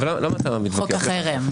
אבל למה אתה מתווכח --- חוק החרם.